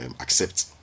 accept